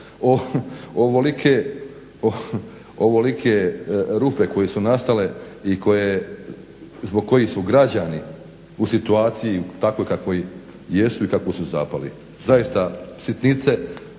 ovolike rupe koje su nastale i zbog kojih su građani u situaciji takvoj kakvoj jesu i kako su zapali. Zaista sitnice